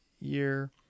year